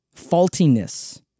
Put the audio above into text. faultiness